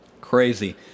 Crazy